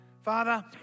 Father